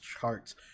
charts